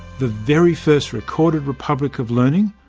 the very first recorded republic of learning,